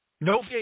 No